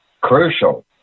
Crucial